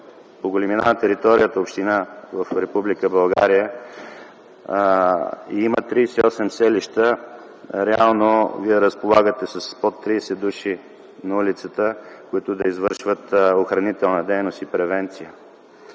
по големина територия на община в Република България и има 38 селища, реално Вие разполагате с по 30 души на улицата, които да извършват охранителна дейност и превенция.